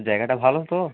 জায়গাটা ভালো তো